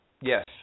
Yes